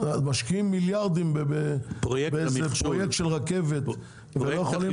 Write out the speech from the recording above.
משקיעים מיליארדים בפרויקט של רכבת ולא יכולים